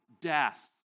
death